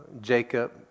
Jacob